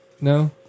No